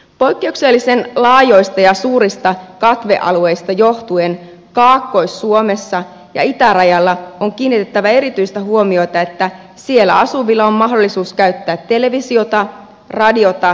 poikkeuksellisen laajoista ja suurista katvealueista johtuen kaakkois suomessa ja itärajalla on kiinnitettävä erityistä huomiota siihen että siellä asuvilla on mahdollisuus käyttää televisiota radiota ja tietokonetta